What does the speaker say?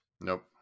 Nope